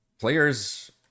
players